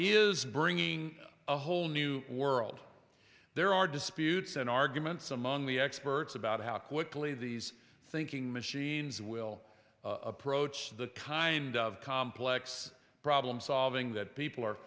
is bringing a whole new world there are disputes and arguments among the experts about how quickly these thinking machines will approach the kind of complex problem solving that people are